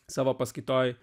savo paskaitoje